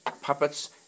puppets